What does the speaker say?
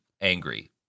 angry